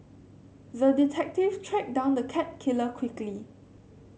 the detective tracked down the cat killer quickly